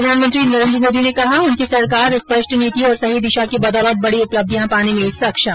प्रधानमंत्री नरेन्द्र मोदी ने कहा उनकी सरकार स्पष्ट नीति और सही दिशा की बदौलत बड़ी उपलब्धियां पाने में सक्षम